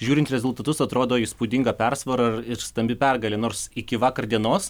žiūrint rezultatus atrodo įspūdinga persvara ir ir stambi pergalė nors iki vakar dienos